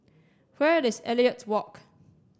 where is Elliot Walk